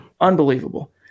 Unbelievable